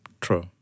true